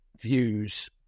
views